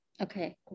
Okay